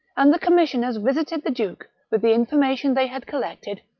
and the commissioners visited the duke, with the information they had collected,